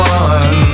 one